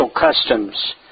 customs